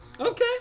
Okay